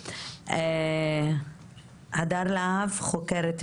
אני רוצה להגיד שזה לא דבר שקורה אך ורק בקרב ילדים,